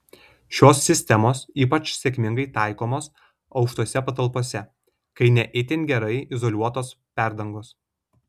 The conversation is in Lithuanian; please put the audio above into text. šios sistemos ypač sėkmingai taikomos aukštose patalpose kai ne itin gerai izoliuotos perdangos